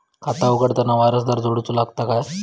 खाता उघडताना वारसदार जोडूचो लागता काय?